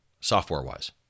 software-wise